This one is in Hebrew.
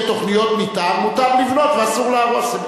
תוכניות מיתאר מותר לבנות ואסור להרוס.